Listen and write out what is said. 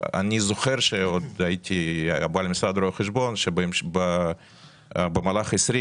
אני זוכר עת הייתי בעל משרד רואה חשבון שבמהלך 2021